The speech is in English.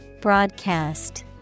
Broadcast